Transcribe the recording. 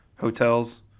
hotels